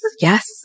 Yes